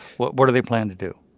what what do they plan to do?